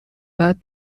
بعد